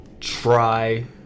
Try